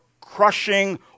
crushing